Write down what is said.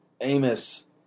Amos